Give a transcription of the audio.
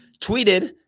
tweeted